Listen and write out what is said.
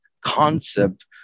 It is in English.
concept